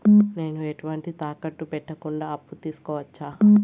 నేను ఎటువంటి తాకట్టు పెట్టకుండా అప్పు తీసుకోవచ్చా?